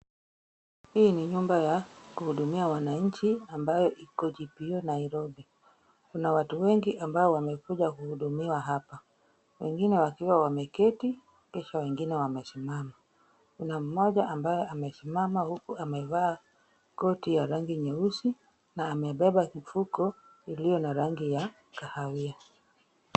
Hii ni nyumba ya kuhudumia wananchi ambayo iko GPO Nairobi. Kuna watu wengi ambao wamekuja kuhudumiwa hapa. Wengine wakiwa wameketi kisha wengine wamesimama. Kuna moja ambaye amesimama huku amevaa koti ya rangi nyeusi na amebeba mfuko ulio na rangi ya kahawia.